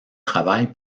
travaille